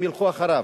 הם ילכו אחריו.